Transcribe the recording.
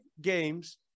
games